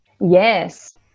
yes